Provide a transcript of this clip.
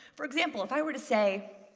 for example, if i were to say,